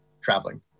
traveling